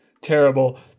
terrible